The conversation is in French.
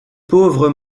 pauvres